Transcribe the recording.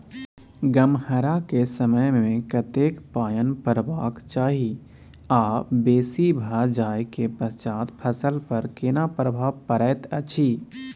गम्हरा के समय मे कतेक पायन परबाक चाही आ बेसी भ जाय के पश्चात फसल पर केना प्रभाव परैत अछि?